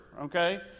Okay